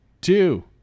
two